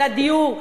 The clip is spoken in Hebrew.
של הדיור.